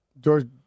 George